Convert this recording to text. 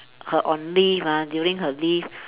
her on leave ah during her leave